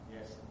yes